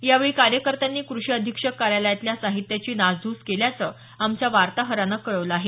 यावेळी कार्यकर्त्यांनी क्रषी अधीक्षक कार्यालयातल्या साहित्याची नासधूस केल्याचं आमच्या वार्ताहरानं कळवलं आहे